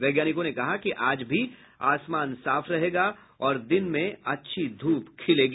वैज्ञानिकों ने कहा कि आज भी आसमान साफ रहेगा और दिन में अच्छी धूप निकलेगी